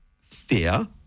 fear